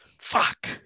Fuck